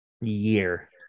year